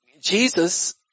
Jesus